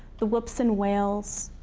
the whops and wales.